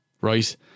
right